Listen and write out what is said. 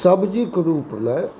सब्जीके रूपमे